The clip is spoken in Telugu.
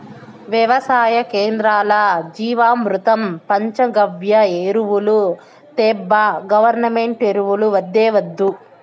వెవసాయ కేంద్రాల్ల జీవామృతం పంచగవ్య ఎరువులు తేబ్బా గవర్నమెంటు ఎరువులు వద్దే వద్దు